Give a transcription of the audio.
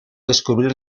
descubrir